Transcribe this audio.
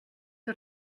que